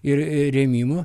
ir rėmimų